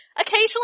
Occasionally